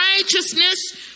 righteousness